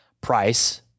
price